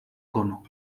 cono